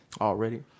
Already